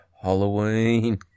Halloween